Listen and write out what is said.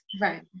right